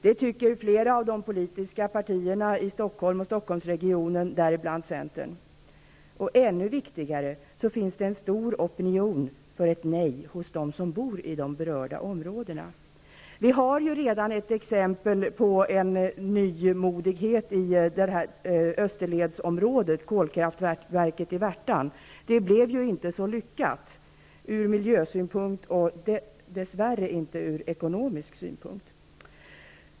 Det tycker flera av de politiska partierna i Stockholm och Stockholmsregionen, däribland Centern. Och ännu viktigare: det finns en bred opinion för ett nej hos dem som bor i de berörda områdena. Vi har redan ett exempel på en nymodighet i Österledsområdet, kolkraftverket vid Värtan. Det blev ju inte så lyckat från miljösynpunkt och dess värre inte heller från ekonomisk synpunkt.